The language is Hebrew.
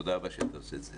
תודה רבה שאתה עושה את זה.